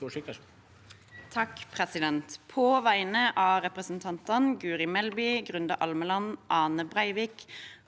(V) På vegne av representantene Guri Melby, Grunde Almeland, Ane Breivik,